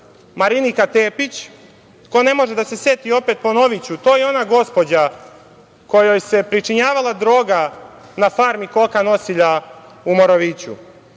Marinika Tepić, ko ne može da se seti, ponoviću, to je ona gospođa kojoj se pričinjavala droga na farmi koka nosilja u Moraviću.